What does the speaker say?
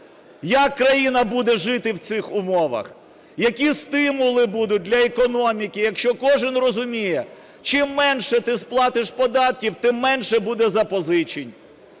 Як країна буде жити в цих умовах? Які стимули будуть для економіки, якщо кожен розуміє: чим менше ти сплатиш податків, тим менше буде запозичень.